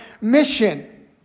mission